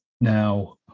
Now